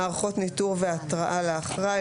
אלה מערכות ניטור והתראה לאחראי,